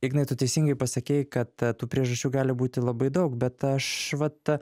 ignai tu teisingai pasakei kad tų priežasčių gali būti labai daug bet aš vat ta